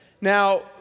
Now